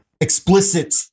explicit